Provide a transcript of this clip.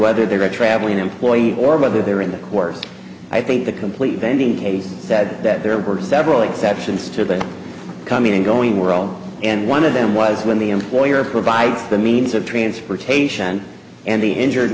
whether they're traveling employees or whether they're in the course i think the complete vending tasing said that there were several exceptions to the coming and going world and one of them was when the employer provides the means of transportation and the injured